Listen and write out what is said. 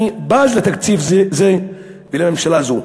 אני בז לתקציב זה ולממשלה הזאת.